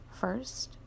first